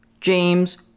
James